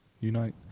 Unite